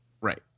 Right